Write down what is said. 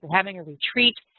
having a retreat,